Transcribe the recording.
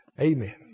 Amen